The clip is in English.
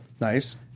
Nice